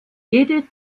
jede